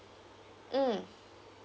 mm